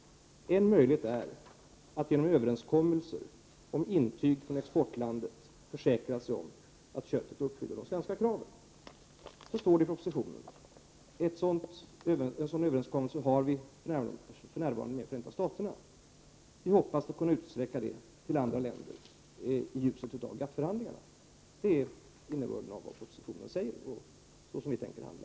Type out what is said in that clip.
En möjlighet är att genom överenskommelser om intyg från exportlandet försäkra sig om att köttet uppfyller de svenska kraven. En sådan överenskommelse har vi för närvarande med Förenta staterna. Vi hoppas kunna träffa en sådan överenskommelse även med andra länder, i ljuset av GATT-förhandlingarna. Detta är alltså innebörden av det som sägs i propositionen. Och det är så vi tänker handla.